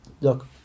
look